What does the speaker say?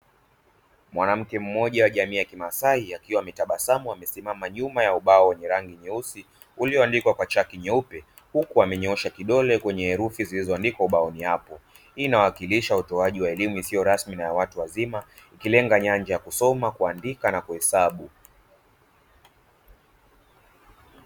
Mwanamke mmoja wa jamii ya kimasai akiwa ametabasamu amesimama nyuma ya ubao wenye rangi nyeusi ulio andikwa chaki nyeupe, huku amenyoosha kidole kwenye herufi zilizo andikwa ubaoni hapo, Hii ianawakilisha utoaji wa elimu isiyo rasmi na yawatu wazima ikilenga nyanja ya kusoma kuandika na kuhesabu.